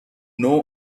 know